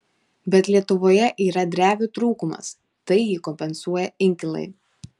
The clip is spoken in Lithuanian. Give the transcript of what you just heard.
bet lietuvoje yra drevių trūkumas tai jį kompensuoja inkilai